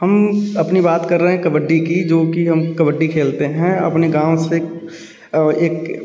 हम अपनी बात कर रहें कबड्डी की जो कि हम कबड्डी खेलते हैं अपने गाँव से एक